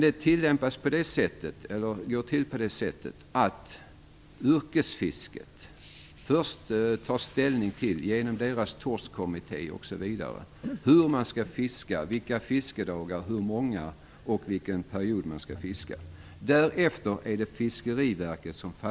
Det går till på det sättet att yrkesfisket först, genom sin torskkommitté osv, tar ställning till hur man skall fiska - vilka fiskedagar och hur många - samt till under vilken period man skall fiska. Därefter fastställs detta av Fiskeriverket.